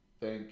Thank